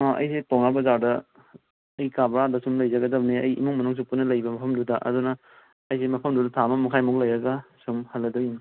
ꯑꯩꯁꯦ ꯄꯥꯎꯅꯥ ꯕꯖꯥꯔꯗ ꯑꯩꯒꯤ ꯀꯥ ꯕꯥꯔꯥꯗ ꯁꯨꯝ ꯂꯩꯖꯒꯗꯕꯅꯤ ꯑꯩ ꯏꯃꯨꯡ ꯃꯅꯨꯡꯁꯨ ꯄꯨꯟꯅ ꯂꯩꯕ ꯃꯐꯝꯗꯨꯗ ꯑꯗꯨꯅ ꯑꯩꯗꯤ ꯃꯐꯝꯗꯨꯗ ꯊꯥ ꯑꯃ ꯃꯈꯥꯏꯃꯨꯛ ꯂꯩꯔꯒ ꯁꯨꯝ ꯍꯜꯂꯗꯣꯏꯅꯤ